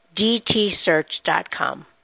DTSearch.com